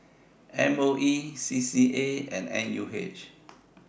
M O E C C A and N U H